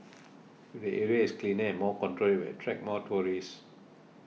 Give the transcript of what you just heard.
if the area is cleaner and more controlled it will attract more tourists